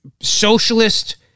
socialist